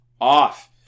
off